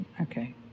okay